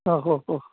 അഹ് ഓ ഓ